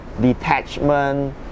detachment